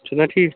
چھُ نا ٹھیٖک